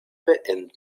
beenden